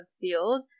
field